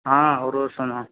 ஆ ஒரு வர்ஷந்தான்